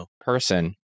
person